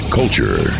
culture